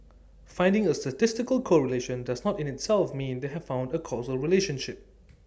finding A statistical correlation does not in itself mean they have found A causal relationship